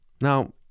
Now